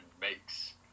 makes